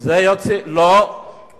זה יוסיף דירות יותר מהר מ-30 חודשים?